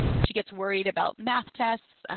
she gets worried about math tests.